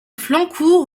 flancourt